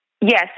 Yes